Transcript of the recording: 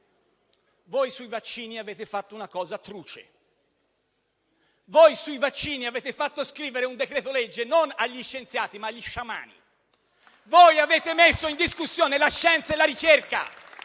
Voi sui vaccini avete fatto una cosa truce. Voi sui vaccini avete fatto scrivere un decreto-legge non agli scienziati, ma agli sciamani. *(Applausi dal Gruppo PD).* Voi avete messo in discussione la scienza e la ricerca.